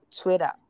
Twitter